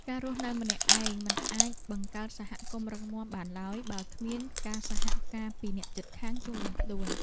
ការរស់នៅម្នាក់ឯងមិនអាចបង្កើតសហគមន៍រឹងមាំបានឡើយបើគ្មានការសហការពីអ្នកជិតខាងជុំវិញខ្លួន។